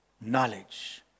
knowledge